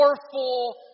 powerful